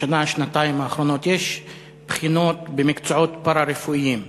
בשנה-שנתיים האחרונות יש בחינות במקצועות פארה-רפואיים,